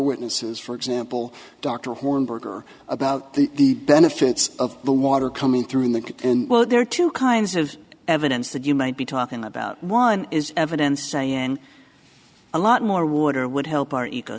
witnesses for example dr hornberger about the benefits of the water coming through the well there are two kinds of evidence that you might be talking about one is evidence saying a lot more water would help our